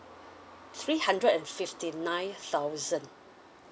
three hundred and fifty nine thousand